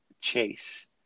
Chase